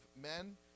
men